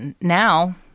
now